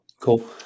cool